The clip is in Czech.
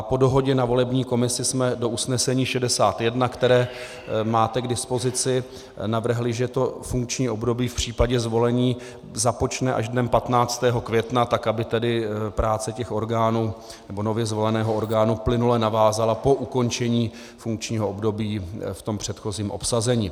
Po dohodě na volební komisi jsme do usnesení 61, které máte k dispozici, navrhli, že to funkční období v případě zvolení započne až dnem 15. května, tak aby práce těch orgánů, nebo nově zvoleného orgánu plynule navázala po ukončení funkčního období v tom předchozím obsazení.